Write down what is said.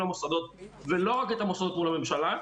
המוסדות ולא רק את המוסדות מול הממשלה,